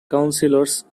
councillors